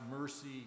mercy